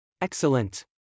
Excellent